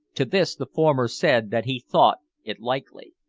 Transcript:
to this the former said that he thought it likely.